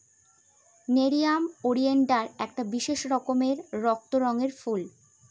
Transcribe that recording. nerium oleander একটা বিশেষ রকমের রক্ত রঙের ফুল